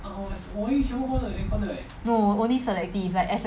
no only selective like especially the new [one] then got aircon